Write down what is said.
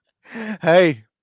Hey